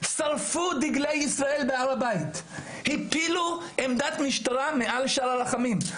שרפו דגלי ישראל בהר הבית והפילו עמדת משטרה מעל שער הרחמים,